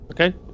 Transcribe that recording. Okay